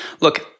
Look